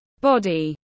body